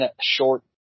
short